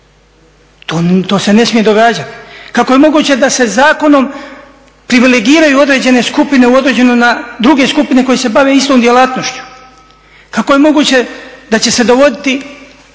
To se ne smije događati. Kako je moguće da se zakonom privilegiraju određene skupine u odnosu na druge skupine koje se bave istom djelatnošću? Kako je moguće da će se dovoditi